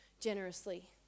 generously